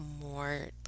more